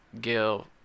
Gil